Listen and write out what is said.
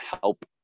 help